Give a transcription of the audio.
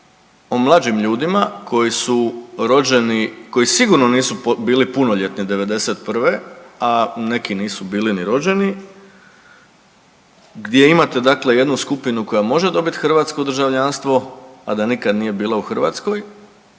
o mlađim ljudima koji su rođeni, koji sigurno nisu bili punoljetni '91., a neki nisu bili ni rođeni gdje imate dakle jednu skupinu koja može dobiti hrvatsko državljanstvo, a da nikada nije bila u Hrvatskoj